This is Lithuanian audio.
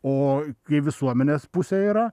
o kai visuomenės pusė yra